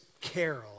carol